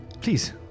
please